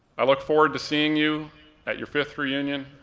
i look forward to seeing you at your fifth reunion,